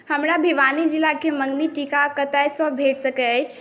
हमरा भिवानी जिलाके मँगनी टीका कतयसँ भेट सकैत अछि